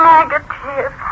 Negative